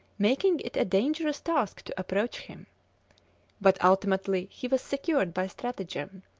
making it a dangerous task to approach him but ultimately he was secured by stratagem,